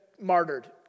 martyred